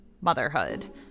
motherhood